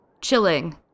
chilling